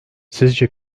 sizce